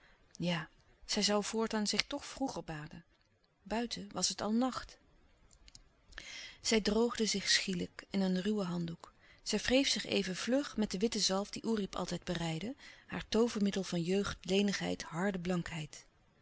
ja zij zoû voortaan zich toch vroeger baden buiten was het al nacht zij droogde zich schielijk in een ruwen handdoek zij wreef zich even vlug met de witte zalf die oerip altijd bereidde haar toovermiddel van jeugd lenigheid harde